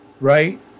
right